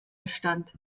bestand